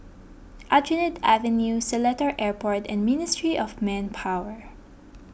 Aljunied Avenue Seletar Airport and Ministry of Manpower